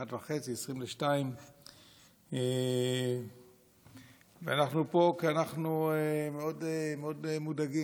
01:30, 01:40. אנחנו פה כי אנחנו מאוד מודאגים.